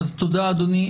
תודה, אדוני.